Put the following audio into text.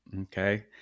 okay